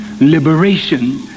liberation